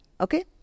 Okay